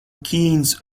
keynes